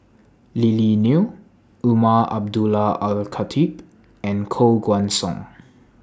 Lily Neo Umar Abdullah Al Khatib and Koh Guan Song